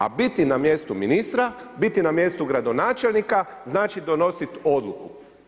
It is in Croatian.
A biti na mjestu ministra, biti na mjestu gradonačelnika znači donosit odluku.